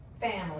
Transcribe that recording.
family